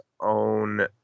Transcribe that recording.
own